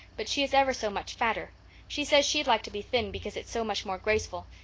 but she is ever so much fatter she says she'd like to be thin because it's so much more graceful,